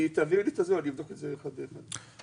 תעביר אלי ואני אבדוק אחד לאחד.